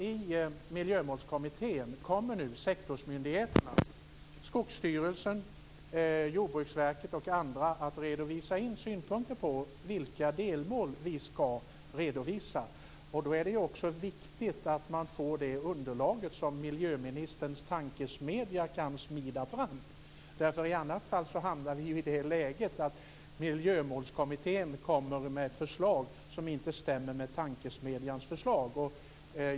I Miljömålskommittén kommer nu sektorsmyndigheterna, Skogsstyrelsen, Jordbruksverket och andra att redovisa synpunkter på vilka delmål som skall sättas upp. Då är det också viktigt att få det underlag som miljöministerns tankesmedja kan smida fram. I annat fall hamnar vi i det läget att Miljömålskommittén lägger fram förslag som inte stämmer med tankesmedjans resultat.